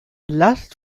last